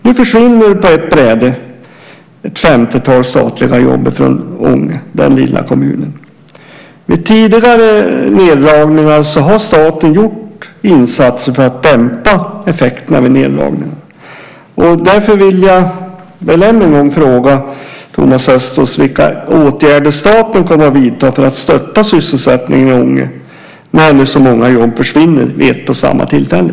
Nu försvinner på ett bräde ett 50-tal statliga jobb från den lilla kommunen Ånge. Vid tidigare neddragningar har staten gjort insatser för att dämpa effekterna vid neddragningar. Därför vill jag än en gång fråga Thomas Östros vilka åtgärder som staten kommer att vidta för att stötta sysselsättningen i Ånge när så många jobb försvinner vid ett och samma tillfälle.